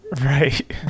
Right